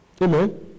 Amen